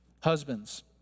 Husbands